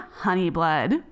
Honeyblood